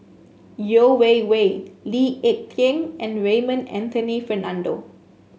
Yeo Wei Wei Lee Ek Tieng and Raymond Anthony Fernando